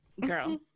girl